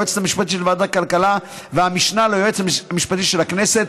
היועצת המשפטית של ועדת הכלכלה והמשנה ליועץ המשפטי של הכנסת,